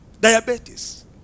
Diabetes